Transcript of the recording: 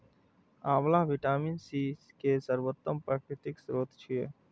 आंवला vitamin C के सर्वोत्तम प्राकृतिक स्रोत छियै